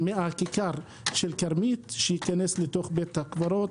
מהכיכר של כרמית, שייכנס לתוך בית הקברות.